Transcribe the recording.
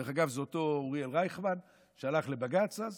דרך אגב, זה אותו אוריאל רייכמן שהלך לבג"ץ אז